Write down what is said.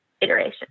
iteration